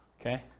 Okay